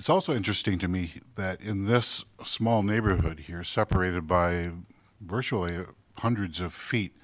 it's also interesting to me that in this small neighborhood here separated by virtually hundreds of feet